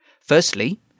Firstly